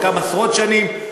חלקם עשרות שנים.